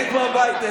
אין כמו הבית,